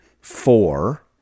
four